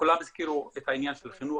כולם הזכירו את העניין של חינוך,